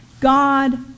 God